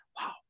Wow